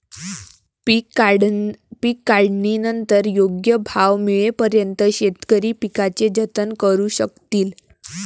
पीक काढणीनंतर योग्य भाव मिळेपर्यंत शेतकरी पिकाचे जतन करू शकतील